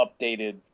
updated